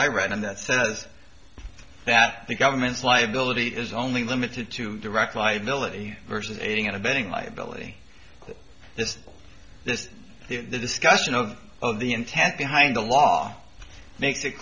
i read on that said i was that the government's liability is only limited to direct liability versus aiding and abetting liability is this the discussion of the intent behind the law makes it